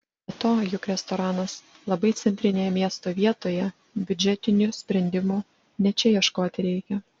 be to juk restoranas labai centrinėje miesto vietoje biudžetinių sprendimų ne čia ieškoti reikia